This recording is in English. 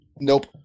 Nope